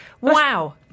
Wow